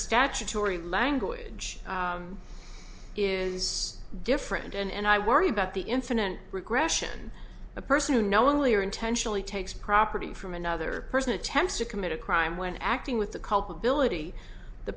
statutory language is different and i worry about the incident regression a person who knowingly or intentionally takes property from another person attempts to commit a crime when acting with the culpability the